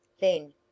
Then